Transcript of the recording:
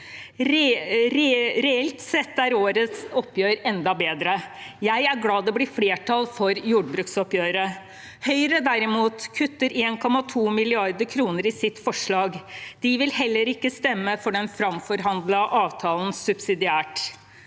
Reelt sett er årets oppgjør enda bedre. Jeg er glad det blir flertall for jordbruksoppgjøret. Høyre, derimot, kutter 1,2 mrd. kr i sitt forslag. De vil heller ikke stemme subsidiært for den framforhandlede avtalen. Neste